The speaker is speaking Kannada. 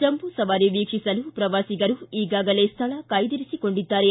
ಜಂಬೂ ಸವಾರಿ ವೀಕ್ಷಿಸಲು ಪ್ರವಾಸಿಗರು ಈಗಲೇ ಸ್ವಳ ಕಾಯ್ದಿರಿಸಿಕೊಂಡಿದ್ದಾರೆ